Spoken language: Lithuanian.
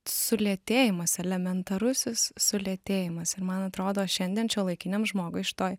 sulėtėjimas elementarusis sulėtėjimas ir man atrodo šiandien šiuolaikiniam žmogui šitoj